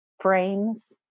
frames